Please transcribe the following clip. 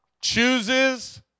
chooses